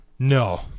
No